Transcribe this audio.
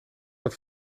wat